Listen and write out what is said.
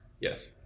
Yes